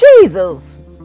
Jesus